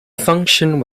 function